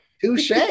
touche